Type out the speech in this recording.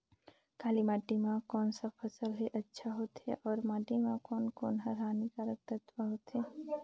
काली माटी मां कोन सा फसल ह अच्छा होथे अउर माटी म कोन कोन स हानिकारक तत्व होथे?